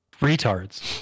retards